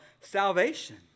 salvation